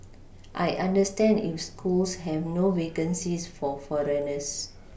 I understand if schools have no vacancies for foreigners